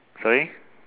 sorry